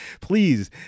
Please